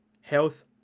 health